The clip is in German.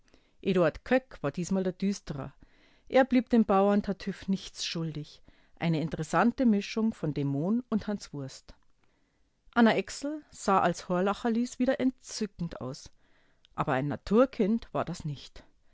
eduard köck war diesmal der düsterer er blieb dem bauern-tartüff nichts schuldig eine interessante mischung von dämon und hanswurst anna exl sah als horlacherlies wieder entzückend aus aber ein naturkind war das nicht